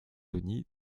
denis